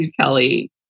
Kelly